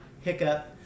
hiccup